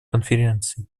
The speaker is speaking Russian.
конференции